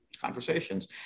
conversations